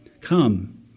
Come